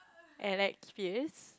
Alex fierce